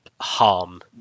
harm